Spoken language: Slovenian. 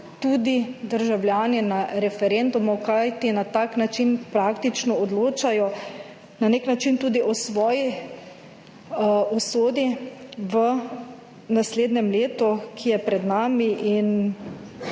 tudi državljani na referendumu, kajti na tak način praktično odločajo na nek način tudi o svoji usodi v naslednjem letu, ki je pred nami in